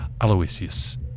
Aloysius